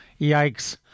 Yikes